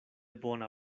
bona